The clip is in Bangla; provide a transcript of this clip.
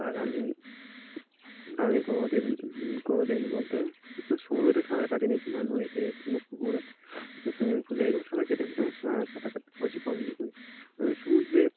আর আমি আমি কোনোদিন কোনোদিন বলতে সমুদ্রে সাঁতার কাটিনি কিংবা নদীতে কিংবা পুকুরে সুইমিং পুলে এগুলো সাঁতার কেটে সা সাঁতার কাটতে বেশি পছন্দ করি সমুদ্রে